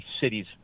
cities